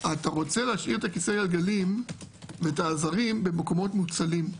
אתה רוצה להשאיר את כיסא הגלגלים ואת העזרים במקומות מוצלים,